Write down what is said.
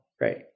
right